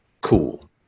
cool